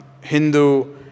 Hindu